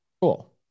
Cool